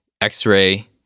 X-ray